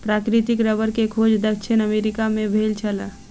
प्राकृतिक रबड़ के खोज दक्षिण अमेरिका मे भेल छल